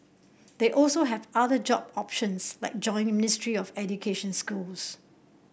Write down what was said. they also have other job options like joining Ministry of Education schools